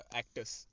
actors